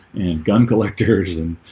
and gun collectors and